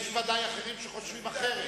ודאי יש אחרים שחושבים אחרת.